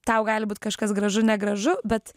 tau gali būt kažkas gražu negražu bet